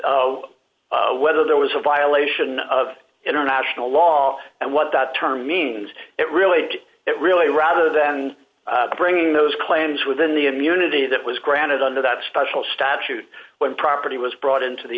untouched whether there was a violation of international law and what that term means it related it really rather than bringing those claims within the immunity that was granted under that special statute when property was brought into the